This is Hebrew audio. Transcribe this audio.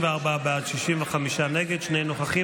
34 בעד, 65 נגד, שני נוכחים.